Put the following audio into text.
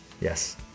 Yes